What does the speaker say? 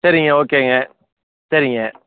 சரிங்க ஓகேங்க சரிங்க